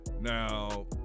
Now